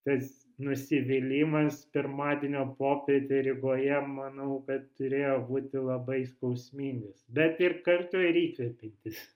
tas nusivylimas pirmadienio popietę rygoje manau kad turėjo būti labai skausmingas bet ir kartu ir įkvepiantis